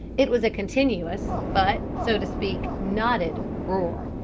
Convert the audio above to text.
it was a continuous, but, so to speak, knotted roar.